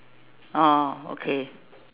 oh okay